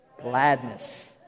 gladness